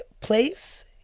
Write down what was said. Place